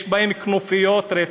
יש בהם כנופיות רצח,